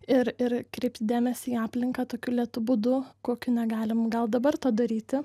ir ir kreipti dėmesį į aplinką tokiu lėtu būdu kokiu negalim gal dabar to daryti